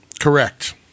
Correct